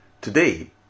today